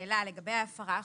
שאלה לגבי ההפרה החוזרת.